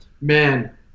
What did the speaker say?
man